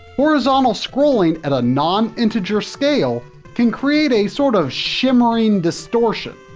horizontal scrolling at a non-integer scale can create a sort of shimmering distortion.